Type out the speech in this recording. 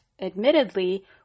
admittedly